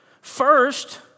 first